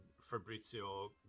Fabrizio